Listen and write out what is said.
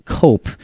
cope